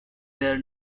there